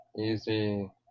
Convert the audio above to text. easy